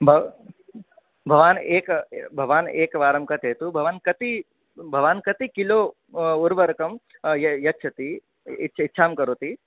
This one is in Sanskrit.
भवान् एक भवान् एकवारं कथयतु भवान् कति भवान् कति किलो उर्वरकम् यच्छति इच्छां करोति